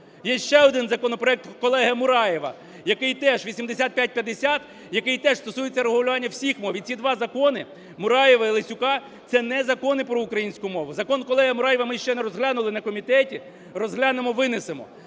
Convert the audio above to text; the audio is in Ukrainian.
Є ще один законопроект колеги Мураєва, який теж, 8550, який теж стосується регулювання всіх мов. І ці два закони, Мураєва і Лесюка, це не закони про українську мову. Закон колеги Мураєва ми ще не розглянули на комітеті, розглянемо – винесемо.